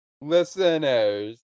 Listeners